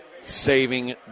saving